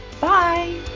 Bye